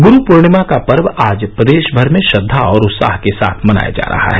गुरू पूर्णिमा का पर्व आज प्रदेश भर में श्रद्वा और उत्साह के साथ मनाया जा रहा है